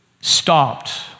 stopped